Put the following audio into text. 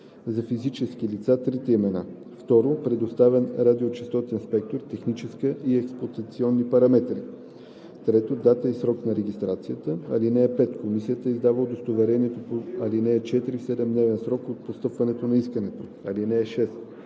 за физически лица – трите имена; 2. предоставен радиочестотен спектър, технически и експлоатационни параметри; 3. дата и срок на регистрацията. (5) Комисията издава удостоверението по ал. 4 в 7 дневен срок от постъпване на искането. (6)